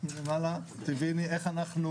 תביני איך אנחנו